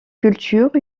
culture